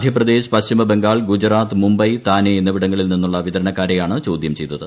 മധ്യപ്രദേശ് പശ്ചിമബംഗാൾ ഗുജറാത്ത് മുംബൈ താനെ എന്നിവട ങ്ങളിൽ നിന്നുള്ള വിതരണക്കാരെയാണ് ചോദ്യം ചെയ്തത്